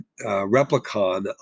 replicon